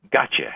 gotcha